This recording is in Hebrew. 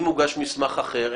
אם הוגש מסמך אחר,